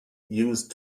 use